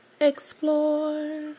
explore